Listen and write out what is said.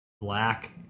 black